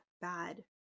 bad